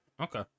Okay